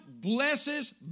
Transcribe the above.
blesses